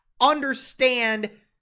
understand